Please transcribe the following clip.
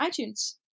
itunes